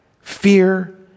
fear